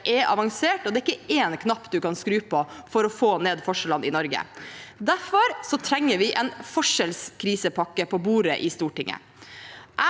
er avansert, det er ikke en knapp man kan skru på for å få ned forskjellene i Norge. Derfor trenger vi en forskjellskrisepakke på bordet i Stortinget.